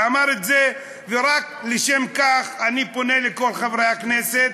אמר את זה, ורק לשם כך אני פונה לכל חברי הכנסת,